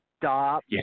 stop